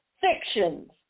fictions